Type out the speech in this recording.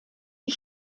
ich